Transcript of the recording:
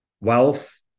wealth